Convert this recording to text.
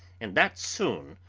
and that soon,